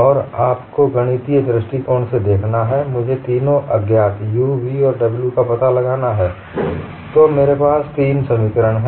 और आपको गणितीय दृष्टिकोण से देखना है मुझे तीनों अज्ञात u v और w का पता लगाना है मेरे तीन समीकरण हैं